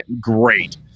great